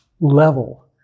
Level